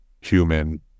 human